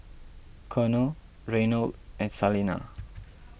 Colonel Reynold and Salena